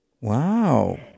Wow